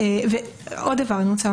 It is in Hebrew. עוד דבר: